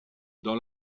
dans